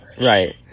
right